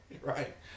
Right